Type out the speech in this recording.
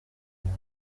rwo